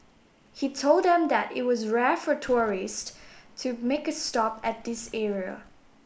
he told them that it was rare for tourists to make a stop at this area